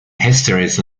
histories